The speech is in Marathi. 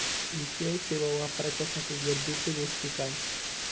यू.पी.आय सेवा वापराच्यासाठी गरजेचे गोष्टी काय?